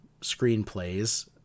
screenplays